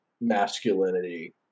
masculinity